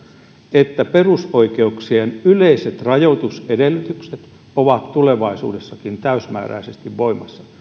että perusoikeuksien yleiset rajoitusedellytykset ovat tulevaisuudessakin täysmääräisesti voimassa